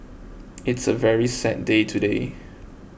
it's a very sad day today